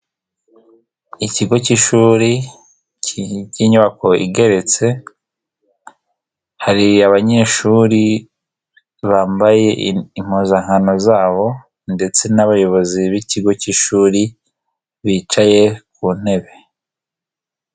Ikigo cy'ishuri k'inyubako igeretse hari abanyeshuri bambaye impuzankano zabo ndetse n'abayobozi b'ikigo cy'ishuri bicaye ku ntebe.